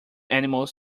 animals